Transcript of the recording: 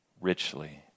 richly